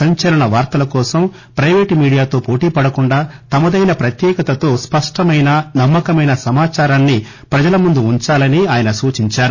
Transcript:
సంచలన వార్తల కోసం పైపేట్ మీడియాతో పోటీపడకుండా తమదైన ప్రత్యేకతతో స్పష్టమైన నమ్మ కమైన సమాచారాన్ని ప్రజలముందు ఉంచాలని ఆయన సూచించారు